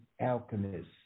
alchemists